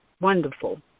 wonderful